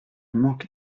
manque